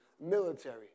military